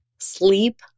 sleep